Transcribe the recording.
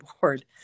board